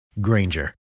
Granger